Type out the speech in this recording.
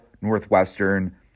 Northwestern